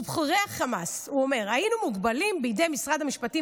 ובכירי החמאס אומר: היינו מוגבלים בידי משרד המשפטים